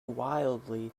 wildly